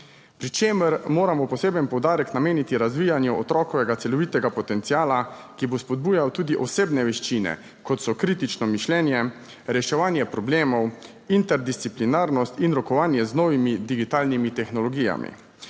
Pri čemer moramo poseben poudarek nameniti razvijanju otrokovega celovitega potenciala, ki bo spodbujal tudi osebne veščine, kot so kritično mišljenje, reševanje problemov, interdisciplinarnost in rokovanje z novimi digitalnimi tehnologijami.